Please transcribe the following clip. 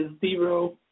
zero